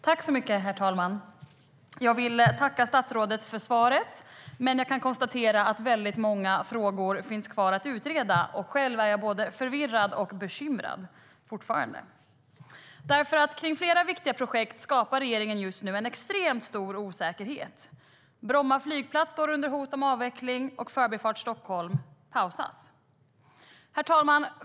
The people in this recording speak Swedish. Herr talman! Jag vill tacka statsrådet för svaret, men jag kan konstatera att väldigt många frågor finns kvar att utreda. Själv är jag fortfarande både förvirrad och bekymrad. Kring flera viktiga projekt skapar regeringen just nu en extremt stor osäkerhet. Bromma flygplats står under hot om avveckling, och Förbifart Stockholm pausas. Herr talman!